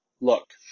Look